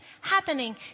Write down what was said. happening